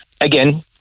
again